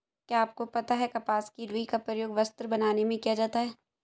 क्या आपको पता है कपास की रूई का प्रयोग वस्त्र बनाने में किया जाता है?